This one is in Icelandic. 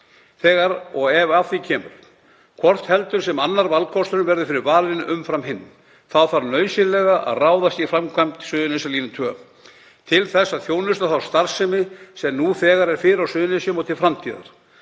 þegar og ef að því kemur. Hvort heldur sem annar valkosturinn verður fyrir valinu umfram hinn, þá þarf nauðsynlega að ráðast í framkvæmd Suðurnesjalínu 2 til þess að þjónusta þá starfsemi sem nú þegar er fyrir á Suðurnesjunum og til framtíðar.